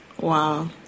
Wow